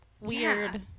weird